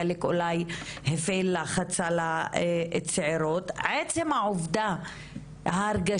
ההרגשה הזו של הצעירות שהן יכולות להיות במעקב כל הזמן,